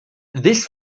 this